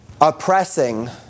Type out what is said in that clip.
oppressing